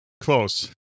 close